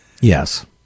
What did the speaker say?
Yes